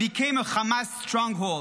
became a Hamas stronghold.